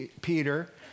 Peter